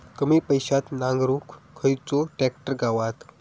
कमी पैशात नांगरुक खयचो ट्रॅक्टर गावात?